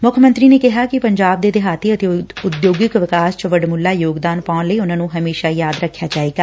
ਮੁੱਖ ਮੰਤਰੀ ਨੇ ਕਿਹਾ ਕਿ ਪੰਜਾਬ ਦੇ ਦਿਹਾਤੀ ਅਤੇ ਉਦਯੋਗਿਕ ਵਿਕਾਸ ਚ ਵੱਡਮੁੱਲਾ ਯੋਗਦਾਨ ਪਾਉਣ ਲਈ ਉਨਾਂ ਨੰ ਹਮੇਸ਼ਾ ਯਾਦ ਰਖਿਆ ਜਾਵੇਗਾ